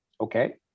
Okay